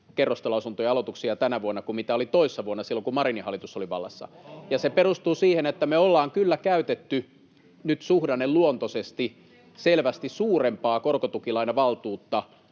kerrostaloasuntojen aloituksia tänä vuonna kuin mitä oli toissa vuonna, silloin kun Marinin hallitus oli vallassa. Se perustuu siihen, että me ollaan kyllä käytetty nyt suhdanneluontoisesti selvästi suurempaa korkotukilainavaltuutta